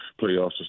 playoffs